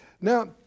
now